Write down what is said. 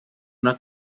una